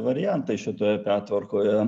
variantai šitoje pertvarkoje